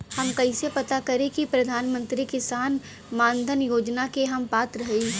हम कइसे पता करी कि प्रधान मंत्री किसान मानधन योजना के हम पात्र हई?